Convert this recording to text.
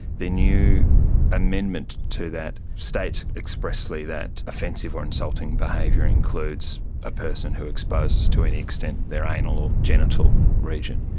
the new amendment to that states expressly that offensive or insulting behaviour includes a person who exposes to any extent their anal or genital region.